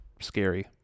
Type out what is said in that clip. scary